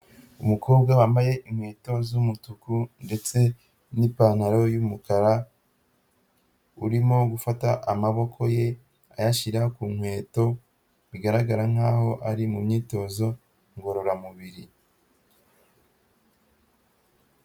Umukobwa wambaye inkweto z'umutuku ndetse n'ipantaro y'umukara urimo gufata amaboko ye ayashyira ku nkweto, bigaragara nkaho ari mu myitozo ngororamubiri.